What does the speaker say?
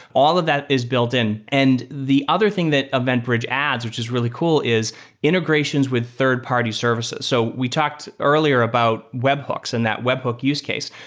all of that is built-in. and the other thing that eventbridge adds, which is really cool, is integrations with third-party services. so we talked earlier about webhooks, and that webhook use case.